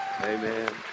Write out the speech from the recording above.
Amen